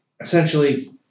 essentially